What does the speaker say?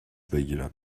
بگیرم